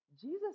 Jesus